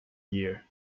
year